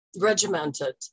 regimented